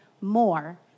more